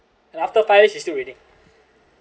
and after five it's still raining